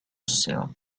osseo